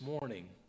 morning